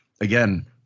again